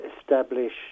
establish